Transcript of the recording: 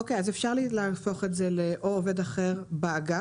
אוקיי, אז אפשר להפוך את זה ל"או עובד אחר באגף"